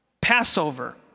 Passover